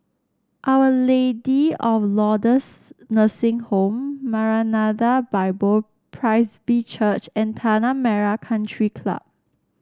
Our Lady of Lourdes Nursing Home Maranatha Bible Presby Church and Tanah Merah Country Club